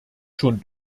schon